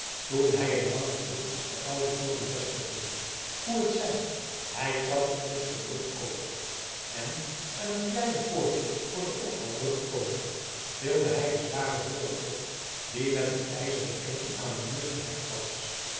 toen hij een langen blik op den ouden toren vestigde hoe t zij hij trad de eerste brug over en aan het kleine poortje voor de ophaalbrug gekomen tilde hij den zwaren hoorn op die met een ijzeren ketting aan den muur gehecht was